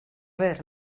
ver